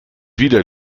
wieder